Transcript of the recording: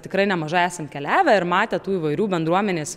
tikrai nemažai esam keliavę ir matę tų įvairių bendruomenės